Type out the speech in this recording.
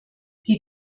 die